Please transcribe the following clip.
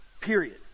period